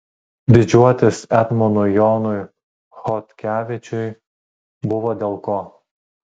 didžiuotis etmonui jonui chodkevičiui buvo dėl ko